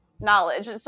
knowledge